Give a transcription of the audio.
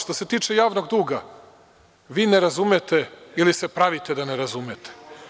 Što se tiče javnog duga, vi me razumete ili se pravite da me razumete.